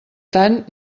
tant